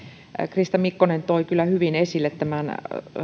krista mikkonen toi kyllä hyvin esille tämän